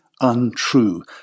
untrue